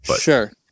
Sure